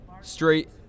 straight